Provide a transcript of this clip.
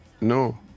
No